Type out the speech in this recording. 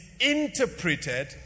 interpreted